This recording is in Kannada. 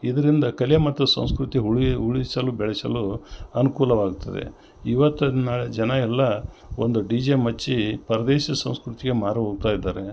ಇದರಿಂದ ಕಲೆ ಮತ್ತು ಸಂಸ್ಕೃತಿ ಉಳಿ ಉಳಿಸಲು ಬೆಳೆಸಲು ಅನುಕೂಲವಾಗ್ತದೆ ಇವತ್ತಿನ ನಾಳೆ ಜನ ಎಲ್ಲ ಒಂದು ಡಿಜೆ ಮಚ್ಚಿ ಪರ್ದೇಸಿ ಸಂಸ್ಕೃತಿಯ ಮಾರು ಹೋಗ್ತಾ ಇದ್ದಾರೆ